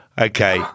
Okay